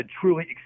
truly